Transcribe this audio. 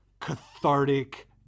cathartic